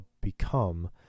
become